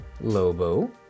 Lobo